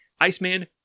Iceman